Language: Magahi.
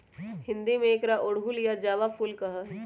हिंदी में एकरा अड़हुल या जावा फुल कहा ही